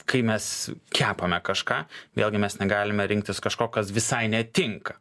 kai mes kepame kažką vėlgi mes negalime rinktis kažko kas visai netinka